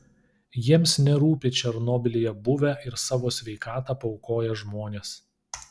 jiems nerūpi černobylyje buvę ir savo sveikatą paaukoję žmonės